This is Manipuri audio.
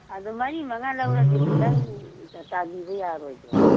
ꯑꯗꯨ ꯃꯔꯤ ꯃꯉꯥ ꯂꯧꯔꯗꯤ ꯈꯤꯇꯪ ꯇꯥꯕꯤꯕ ꯌꯥꯔꯣꯏꯗ꯭ꯔꯣ